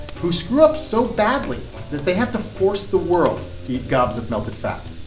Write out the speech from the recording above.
who screw up so badly that they have to force the world to eat gobs of melted fat.